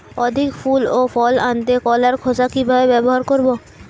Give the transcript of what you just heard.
অধিক ফুল ও ফল আনতে কলার খোসা কিভাবে ব্যবহার করব?